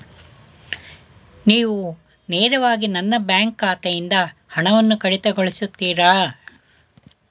ನೀವು ನೇರವಾಗಿ ನನ್ನ ಬ್ಯಾಂಕ್ ಖಾತೆಯಿಂದ ಹಣವನ್ನು ಕಡಿತಗೊಳಿಸುತ್ತೀರಾ?